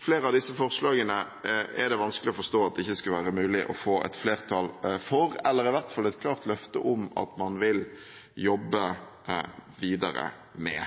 Flere av disse forslagene er det vanskelig å forstå at ikke skulle være mulig å få et flertall for, eller i hvert fall et klart løfte om at man vil jobbe videre med.